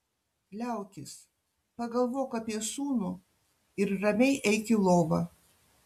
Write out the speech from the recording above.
liaukis pagalvok apie sūnų ir ramiai eik į lovą